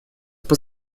под